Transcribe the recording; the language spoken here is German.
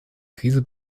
krise